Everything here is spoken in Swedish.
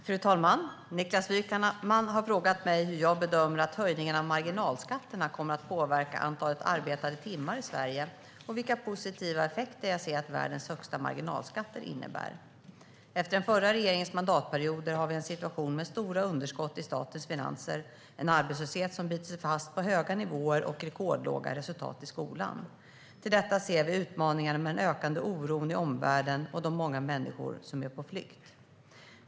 Fru talman! Niklas Wykman har frågat mig hur jag bedömer att höjningen av marginalskatterna kommer att påverka antalet arbetade timmar i Sverige och vilka positiva effekter jag ser att världens högsta marginalskatter innebär. Efter den förra regeringens mandatperioder har vi en situation med stora underskott i statens finanser, en arbetslöshet som bitit sig fast på höga nivåer och rekordlåga resultat i skolan. Till detta ser vi utmaningarna med den ökade oron i omvärlden och de många människor som är på flykt.